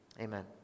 Amen